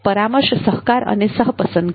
પરામર્શ સહકાર અને સહ પસંદગી